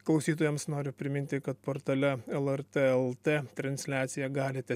klausytojams noriu priminti kad portale lrt lt transliaciją galite